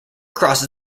crosses